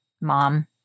mom